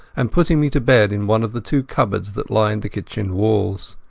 and putting me to bed in one of the two cupboards that lined the kitchen walls.